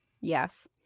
yes